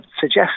suggest